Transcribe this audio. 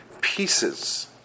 pieces